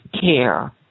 care